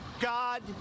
God